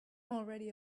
already